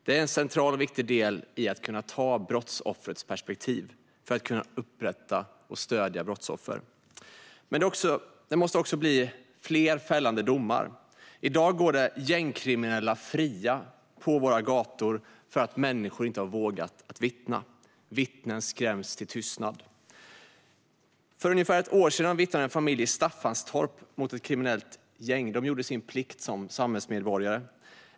Det är en central och viktig del i att kunna ta brottsoffrets perspektiv och för att kunna stödja brottsoffer och ge dem upprättelse. Det måste också bli fler fällande domar. I dag går gängkriminella fria på våra gator för att människor inte har vågat vittna. Vittnen skräms till tystnad. För ungefär ett år sedan vittnade en familj i Staffanstorp mot ett kriminellt gäng. De gjorde sin plikt som samhällsmedborgare.